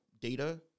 data –